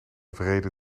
wrede